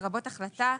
לרבות החלטה,